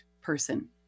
person